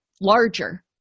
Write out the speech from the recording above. Larger